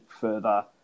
further